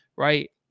Right